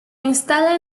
instala